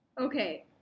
Okay